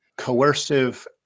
coercive